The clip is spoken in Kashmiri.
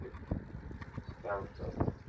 چلو چلو